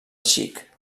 xic